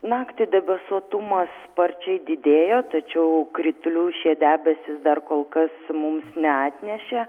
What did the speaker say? naktį debesuotumas sparčiai didėjo tačiau kritulių šie debesys dar kol kas mums neatnešė